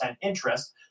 interest